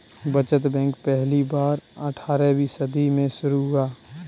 बचत बैंक पहली बार अट्ठारहवीं सदी में शुरू हुआ